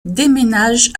déménage